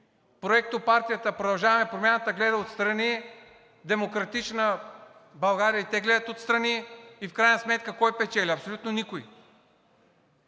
проектопартията „Продължаваме Промяната“ гледа отстрани, „Демократична България“ и те гледат отстрани, и в крайна сметка кой печели? Абсолютно никой!